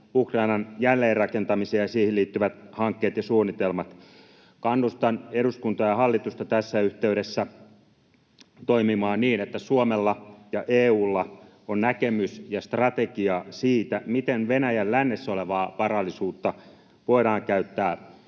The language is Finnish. Ukrainan jälleenrakentamisen ja siihen liittyvät hankkeet ja suunnitelmat. Kannustan eduskuntaa ja hallitusta tässä yhteydessä toimimaan niin, että Suomella ja EU:lla on näkemys ja strategia siitä, miten Venäjän lännessä olevaa varallisuutta voidaan käyttää